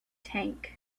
tank